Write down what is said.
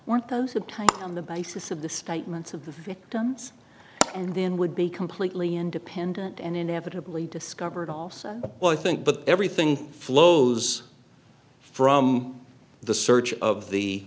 weren't those uptight on the basis of the statements of the victims and then would be completely independent and inevitably discovered also well i think but everything flows from the search of the